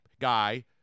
guy